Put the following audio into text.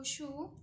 পশু